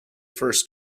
first